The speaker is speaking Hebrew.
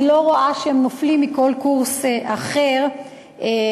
אני לא רואה שהם נופלים מכל קורס אחר באזרחות.